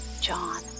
John